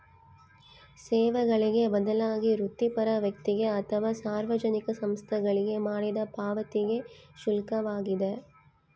ಸೇವೆಗಳಿಗೆ ಬದಲಾಗಿ ವೃತ್ತಿಪರ ವ್ಯಕ್ತಿಗೆ ಅಥವಾ ಸಾರ್ವಜನಿಕ ಸಂಸ್ಥೆಗಳಿಗೆ ಮಾಡಿದ ಪಾವತಿಗೆ ಶುಲ್ಕವಾಗಿದೆ